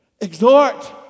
exhort